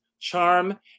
charm